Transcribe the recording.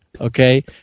okay